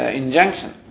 injunction